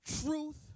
truth